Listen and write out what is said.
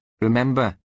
remember